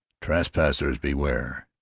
trespassers beware!